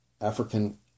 African